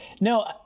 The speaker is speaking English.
no